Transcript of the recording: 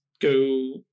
go